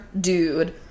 dude